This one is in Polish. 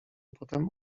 potem